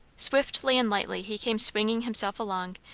swiftly and lightly he came swinging himself along,